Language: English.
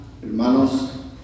hermanos